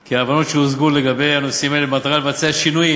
כי ההבנות שהושגו בנושאים האלה במטרה לבצע שינויים